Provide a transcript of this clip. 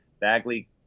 Bagley